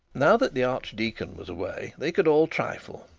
now that the archdeacon was away, they could all trifle.